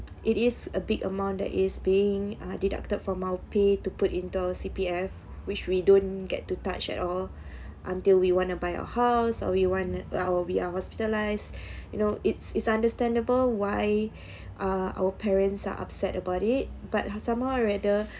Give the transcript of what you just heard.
it is a big amount that is being uh deducted from our pay to put into C_P_F which we don't get to touch at all until we want to buy a house or we want uh we are hospitalised you know it's it's understandable why uh our parents are upset about it but somehow rather